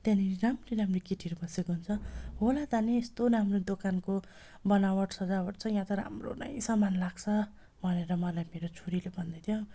त्यहाँनेरि राम्री राम्री केटीहरू बसेको हुन्छ होला त नि यस्तो राम्रो दोकानको बनावट सजावट छ यहाँ त राम्रो नै सामान लाग्छ भनेर मलाई मेरो छोरीले भन्दैथ्यो